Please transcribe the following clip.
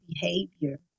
behavior